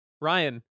Ryan